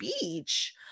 beach